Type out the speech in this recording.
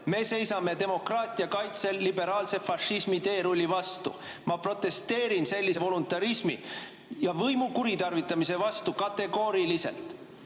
Me seisame demokraatia kaitsel liberaalse fašismi teerulli vastu. Ma protesteerin sellise voluntarismi ja võimu kuritarvitamise vastu kategooriliselt.